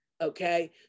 Okay